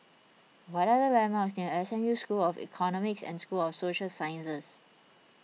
what are the landmarks near S M U School of Economics and School of Social Sciences